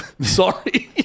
Sorry